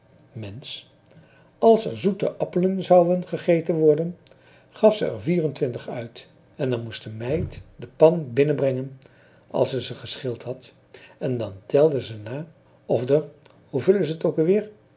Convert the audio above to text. mensch als er zoete appelen zouen gegeten worden gaf ze der vierentwintig uit en dan moest de meid de pan binnenbrengen als ze ze geschild had en dan telde ze na of der hoeveel is t ook weer